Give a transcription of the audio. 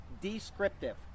descriptive